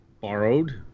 borrowed